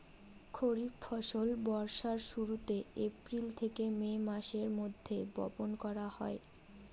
খরিফ ফসল বর্ষার শুরুতে, এপ্রিল থেকে মে মাসের মধ্যে, বপন করা হয়